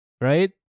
right